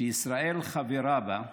שישראל חברה בה,